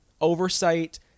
oversight